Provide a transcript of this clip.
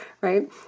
right